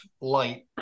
light